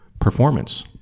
performance